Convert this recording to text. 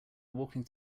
walking